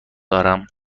دارم